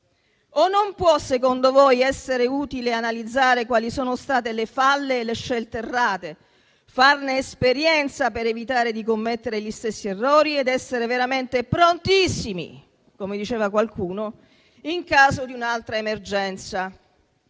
O non può, secondo voi, essere utile analizzare quali sono state le falle e le scelte errate, farne esperienza per evitare di commettere gli stessi errori ed essere veramente prontissimi, come diceva qualcuno, in caso di un'altra emergenza?